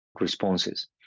responses